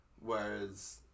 Whereas